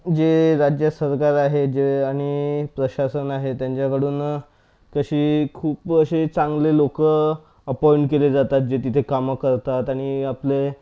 जे राज्य सरकार आहे जे आणि प्रशासन आहे त्यांच्याकडून तशी खूप असे चांगले लोकं अपॉईंट केले जातात जे तिथं कामं करतात आणि आपले